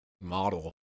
model